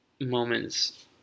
moments